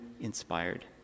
inspired